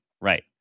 right